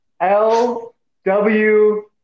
L-W-